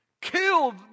killed